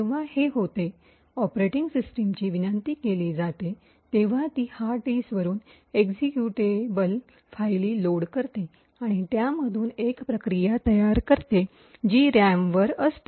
जेव्हा हे होते ऑपरेटिंग सिस्टमची विनंती केली जाते तेव्हा ती हार्ड डिस्कवरून एक्झिक्युटेबल फायली लोड करते आणि त्यामधून एक प्रक्रिया तयार करते जी रॅमवर असते